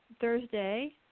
Thursday